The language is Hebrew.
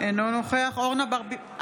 נגד אורנה ברביבאי,